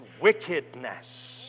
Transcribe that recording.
wickedness